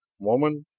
woman,